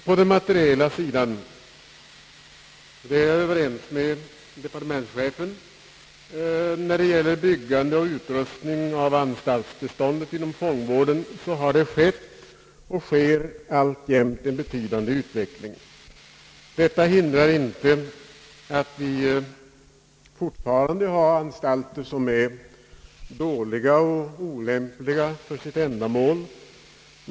På den materiella sidan — det är jag överens med departementschefen om — när det gäller byggande och utrustning av anstaltsbeståndet inom fångvården, har det skett och sker alltjämt en betydande utveckling. Detta hindrar inte att vi fortfarande har anstalter som är dåliga och olämpliga för sitt ändamål.